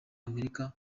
amerika